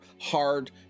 hard